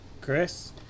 Chris